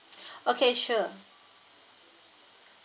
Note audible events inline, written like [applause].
[breath] okay sure